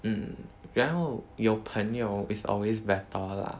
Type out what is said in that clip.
mm 然后有朋友 is always better lah